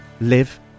live